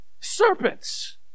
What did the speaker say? Serpents